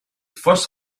first